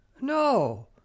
No